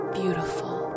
beautiful